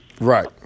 Right